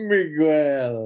Miguel